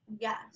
Yes